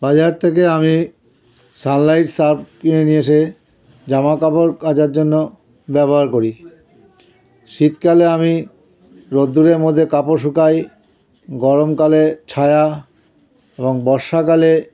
বাজার থেকে আমি সানলাইট সার্ফ কিনে নিয়ে এসে জামা কাপড় কাচার জন্য ব্যবহার করি শীতকালে আমি রোদ্দুরের মধ্যে কাপড় শুকাই গরমকালে ছায়া এবং বর্ষাকালে